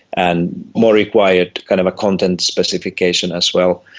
and more required kind of a content specification as well,